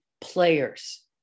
players